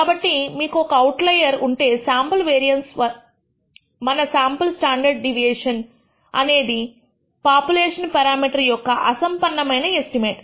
కాబట్టి మీకు ఒక అవుట్లయర్ ఉంటేశాంపుల్ వేరియన్స్మన శాంపుల్ స్టాండర్డ్ డీవియేషన్ అనేది ఇది పాపులేషన్ పెరామీటర్ యొక్క అసంపన్నమైన ఎస్టిమేట్